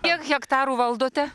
kiek hektarų valdote